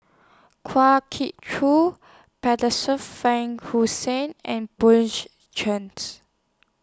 Kwa Geok Choo Frank and